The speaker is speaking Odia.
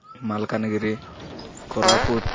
ମାଲକାନଗିରି କୋରାପୁଟ